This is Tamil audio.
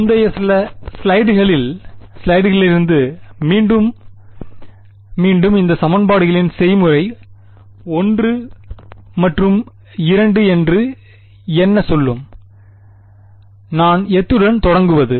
முந்தைய சில ஸ்லைடுகளிலிருந்து மீண்டும் மீண்டும் இந்த சமன்பாடுகளின் செய்முறை 1 மற்றும் 2 என்று என்ன சொல்லும் நான் எத்துடன் தொடங்குவது